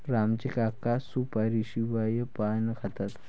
राम चे काका सुपारीशिवाय पान खातात